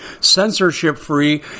censorship-free